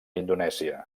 indonèsia